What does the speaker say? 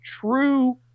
true